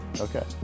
Okay